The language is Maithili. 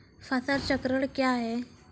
फसल चक्रण कया हैं?